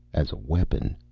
as a weapon.